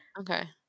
okay